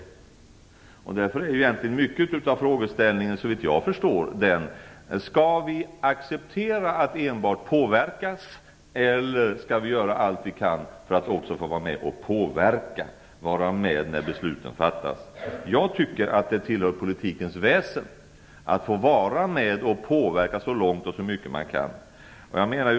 Såvitt jag förstår handlar därför mycket av frågeställningen om ifall vi skall acceptera att enbart påverkas eller om vi skall göra allt vi kan för att också få vara med och påverka och vara med när besluten fattas. Jag tycker att det tillhör politikens väsen att få vara med och påverka så långt och så mycket man kan.